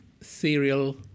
serial